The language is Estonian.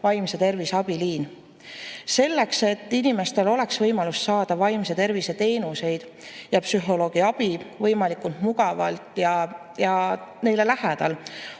vaimse tervise abiliin. Selleks, et inimestel oleks võimalus saada vaimse tervise teenuseid ja psühholoogi abi võimalikult mugavalt ja neile lähedal,